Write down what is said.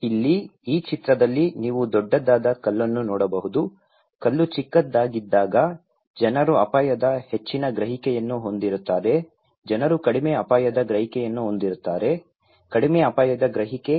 ಇಲ್ಲಿ ಈ ಚಿತ್ರದಲ್ಲಿ ನೀವು ದೊಡ್ಡದಾದ ಕಲ್ಲನ್ನು ನೋಡಬಹುದು ಕಲ್ಲು ಚಿಕ್ಕದಾಗಿದ್ದಾಗ ಜನರು ಅಪಾಯದ ಹೆಚ್ಚಿನ ಗ್ರಹಿಕೆಯನ್ನು ಹೊಂದಿರುತ್ತಾರೆ ಜನರು ಕಡಿಮೆ ಅಪಾಯದ ಗ್ರಹಿಕೆಯನ್ನು ಹೊಂದಿರುತ್ತಾರೆ ಕಡಿಮೆ ಅಪಾಯದ ಗ್ರಹಿಕೆ